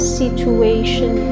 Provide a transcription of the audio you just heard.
situation